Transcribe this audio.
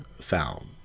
found